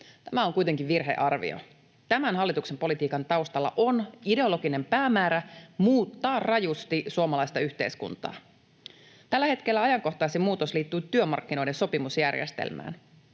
Tämä on kuitenkin virhearvio. Tämän hallituksen politiikan taustalla on ideologinen päämäärä muuttaa rajusti suomalaista yhteiskuntaa. Tällä hetkellä ajankohtaisin muutos liittyy työmarkkinoiden sopimusjärjestelmään.